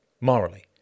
morally